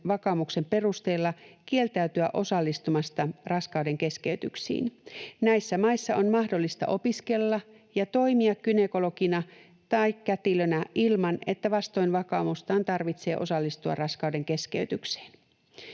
vakaumuksen perusteella kieltäytyä osallistumasta raskauden keskeytyksiin. Näissä maissa on mahdollista opiskella ja toimia gynekologina tai kätilönä ilman, että vastoin vakaumustaan tarvitsee osallistua raskauden keskeytykseen.